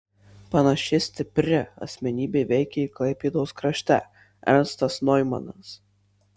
panaši stipri asmenybė veikė ir klaipėdos krašte ernstas noimanas